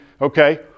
okay